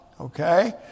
Okay